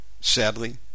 sadly